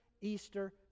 Easter